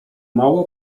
mało